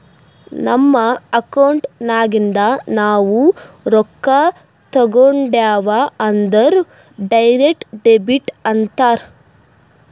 ನಮ್ ಅಕೌಂಟ್ ನಾಗಿಂದ್ ನಾವು ರೊಕ್ಕಾ ತೇಕೊಂಡ್ಯಾವ್ ಅಂದುರ್ ಡೈರೆಕ್ಟ್ ಡೆಬಿಟ್ ಅಂತಾರ್